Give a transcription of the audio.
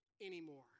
anymore